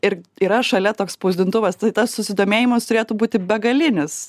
ir yra šalia toks spausdintuvas tai tas susidomėjimas turėtų būti begalinis